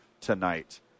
tonight